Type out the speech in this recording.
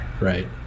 right